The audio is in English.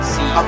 See